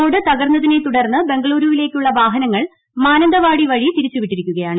road തകർന്നതിനെ തുടർന്ന് ബംഗളൂരുവിലേക്കുള്ള വാഹനങ്ങൾ മാനന്തവാടി വഴി തിരിച്ചു വിട്ടിരിക്കുകയാണ്